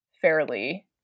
fairly